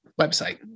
website